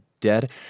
dead